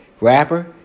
rapper